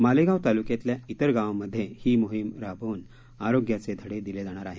मालेगाव तालुक्यातल्या विर गावांमध्ये ही मोहीम राबवून आरोग्याचे धडे दिले जाणार आहेत